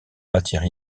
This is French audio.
matière